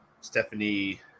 Stephanie